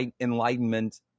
enlightenment